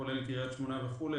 כולל לקריית שמונה וכולי,